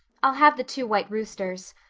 i'll have the two white roosters.